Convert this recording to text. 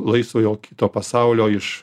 laisvojo kito pasaulio iš